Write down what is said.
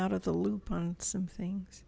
out of the loop on some things